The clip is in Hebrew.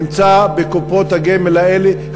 נמצא בקופות הגמל האלה,